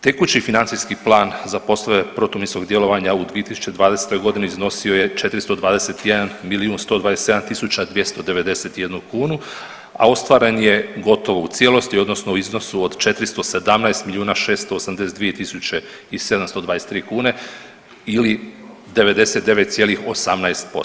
Tekući financijski plan za poslove protuminskog djelovanja u 2020.g. iznosio je 421 milijun 127 tisuća 291 kunu, a ostvaren je gotovo u cijelosti odnosno u iznosu od 417 milijuna 682 tisuće i 723 kune ili 99,18%